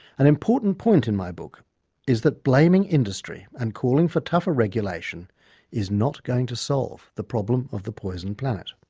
an important point in my book is that blaming industry and calling for tougher regulation is not going to solve the problem of the poisoned planet.